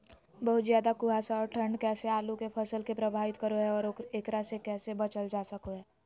बहुत ज्यादा कुहासा और ठंड कैसे आलु के फसल के प्रभावित करो है और एकरा से कैसे बचल जा सको है?